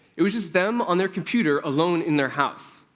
it was just them on their computer, alone in their house.